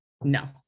no